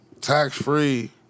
tax-free